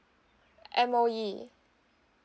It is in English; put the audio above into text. M_O_E